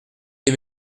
des